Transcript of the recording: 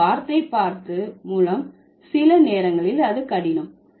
வெறும் வார்த்தை பார்த்து மூலம் சில நேரங்களில் அது கடினம்